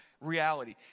reality